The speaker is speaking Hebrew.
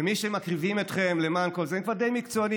ומי שמקריבים אתכם למען כל זה הם כבר די מקצוענים,